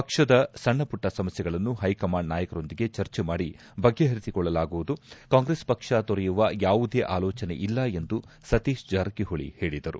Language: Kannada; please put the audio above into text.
ಪಕ್ಷದ ಸಣ್ಣಮಟ್ಟ ಸಮಸ್ಯೆಗಳನ್ನು ಹೈಕಮಾಂಡ್ ನಾಯಕರೊಂದಿಗೆ ಚರ್ಜೆ ಮಾಡಿ ಬಗೆ ಪರಿಸಿಕೊಳ್ಳಲಾಗುವುದು ಕಾಂಗ್ರೆಸ್ ಪಕ್ಷ ತೊರೆಯುವ ಯಾವುದೇ ಅಲೋಚನೆ ಇಲ್ಲ ಎಂದು ಸತೀಶ್ ಜಾರಕಿಹೊಳಿ ಹೇಳಿದರು